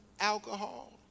alcohol